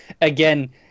again